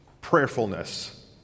prayerfulness